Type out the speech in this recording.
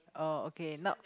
oh okay not